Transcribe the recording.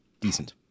decent